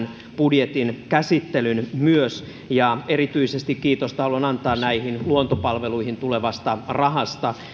budjetin käsittelyn ja erityisesti haluan antaa kiitosta näihin luontopalveluihin tulevasta rahasta